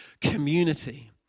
community